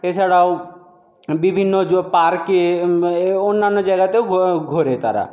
এছাড়াও বিভিন্ন পার্কে অন্যান্য জায়গাতেও ঘোরে তারা